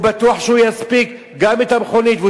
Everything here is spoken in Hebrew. והוא בטוח שהוא יספיק גם את המכונית והוא